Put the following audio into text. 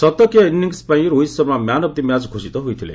ଶତକୀୟ ଇନିଙ୍ଗ୍ସ୍ ପାଇଁ Rohit Sharma man of the match ଘୋଷିତ ହୋଇଥିଲେ